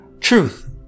truth